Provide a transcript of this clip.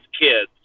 kids